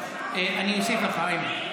אני מבקש לתת לי זמן בגלל שמפריעים לי.